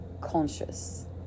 conscious